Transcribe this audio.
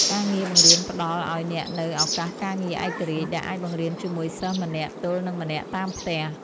ការងារបង្រៀនផ្តល់ឱ្យអ្នកនូវឱកាសការងារឯករាជ្យ ដែលអាចបង្រៀនជាមួយសិស្សម្នាក់ទល់នឹងម្នាក់តាមផ្ទះ។